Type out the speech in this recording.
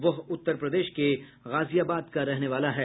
वह उत्तर प्रदेश के गाजियाबाद का रहने वाला है